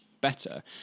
better